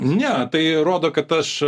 ne tai rodo kad aš